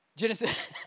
Genesis